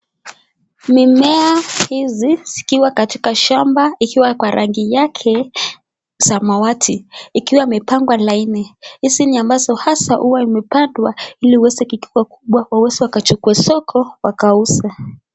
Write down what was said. Mimea hizi zikiwa katika shamba ikiwa kwa rangi yake samawati ikiwa imepanga laini. Hizi ni ambazo hasa huwa imepandwa ili iweze ikikuwa kubwa waweze wakuchukue soko wakauza.